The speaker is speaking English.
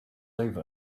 over